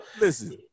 listen